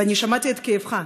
ואני שמעתי את כאבך,